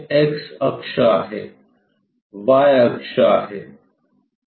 हे एक्स अक्ष आहे वाय अक्ष आहे